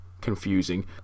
confusing